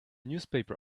newspaper